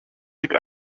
like